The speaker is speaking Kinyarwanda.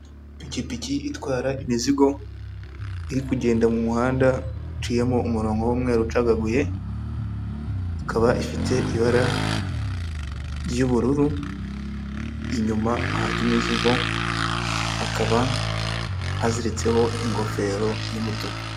Ipikipiki itwara imizigo iri kugenda mu muhanda uciyemo umurongo w'umweru ucagaguye, ikaba ifite ibara ry'ubururu, inyuma ahajya imizigo hakaba haziritseho ingofero y'umutuku.